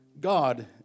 God